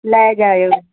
ਲੈ ਜਾਇਓ